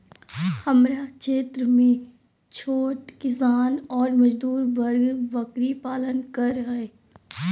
हमरा क्षेत्र में छोट किसान ऑर मजदूर वर्ग बकरी पालन कर हई